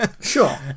sure